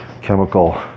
chemical